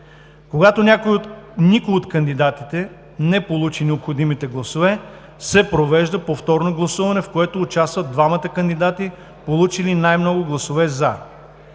Когато никой от кандидатите не получи необходимите гласове се провежда повторно гласуване, в което участват двамата кандидати, получили най-много гласове „за“.